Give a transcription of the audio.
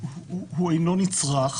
אינו נצרך,